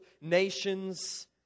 nations